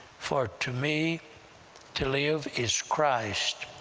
for to me to live is christ,